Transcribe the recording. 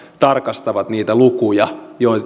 tarkastavat niitä lukuja